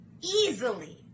easily